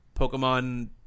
Pokemon